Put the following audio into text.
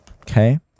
okay